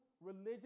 religious